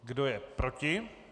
Kdo je proti?